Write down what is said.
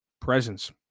presence